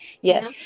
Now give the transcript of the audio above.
yes